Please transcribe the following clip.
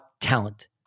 talent